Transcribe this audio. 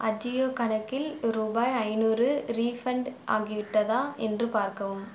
அஜியோ கணக்கில் ரூபாய் ஐந்நூறு ரீஃபண்ட் ஆகிவிட்டதா என்று பார்க்கவும்